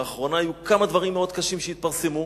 לאחרונה היו כמה דברים מאוד קשים שהתפרסמו,